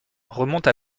remonte